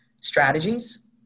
strategies